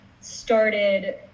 started